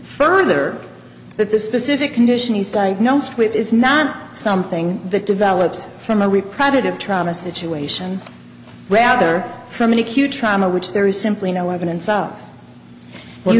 further that this specific condition is diagnosed with is not something that develops from a reprieve it of trauma situation rather from an acute trauma which there is simply no evidence up well